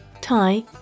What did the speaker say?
Thai